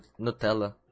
Nutella